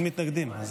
אין מתנגדים.